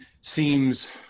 seems